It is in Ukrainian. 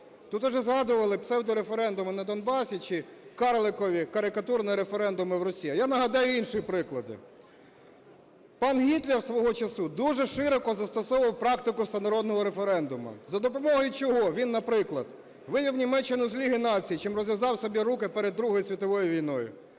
Тут уже згадували псевдореферендуми на Донбасі чи карликові, карикатурні референдуми в Росії. А я нагадаю інші приклади. Пан Гітлер свого часу дуже широко застосовував практику всенародного референдуму. За допомогою чого він, наприклад, вивів Німеччину з Ліги націй, чим розв'язав собі руки перед Другою світовою війною,